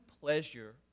pleasure